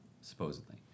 supposedly